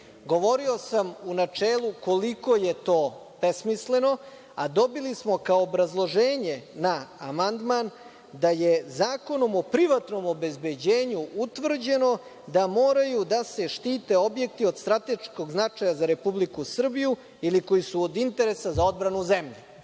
Govorio sam u načelu koliko je to besmisleno, a dobili smo kao obrazloženje na amandman da je zakonom o privatnom obezbeđenju utvrđeno da moraju da se štite objekti od strateškog značaja za Republiku Srbiju ili koji su od interesa za odbranu zemlje.